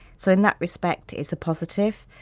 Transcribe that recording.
so, in that respect it's a positive.